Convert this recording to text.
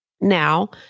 Now